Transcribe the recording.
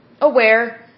aware